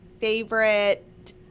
Favorite